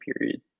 period